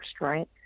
right